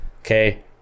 Okay